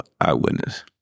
eyewitness